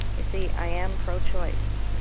you see i am pro-choice.